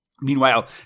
Meanwhile